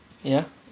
ya